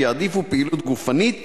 שיעדיפו פעילות גופנית